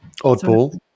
Oddball